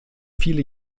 viele